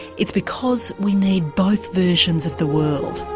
it's because we need both versions of the world.